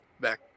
back